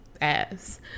ass